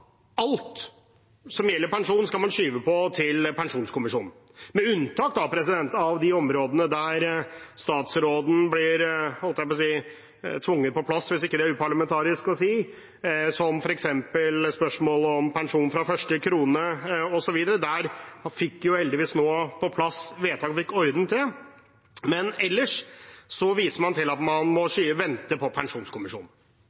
alt som gjelder pensjon, til pensjonskommisjonen – med unntak av de områdene der statsråden blir tvunget på plass, hvis ikke det er uparlamentarisk å si, som f.eks. i spørsmålet om pensjon fra første krone osv. Der fikk vi heldigvis nå på plass et vedtak og fikk ordnet det. Men ellers viser man til at man må